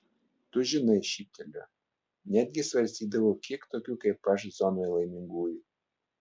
tu žinai šyptelėjo netgi svarstydavau kiek tokių kaip aš zonoje laimingųjų